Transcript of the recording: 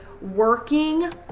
working